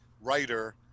writer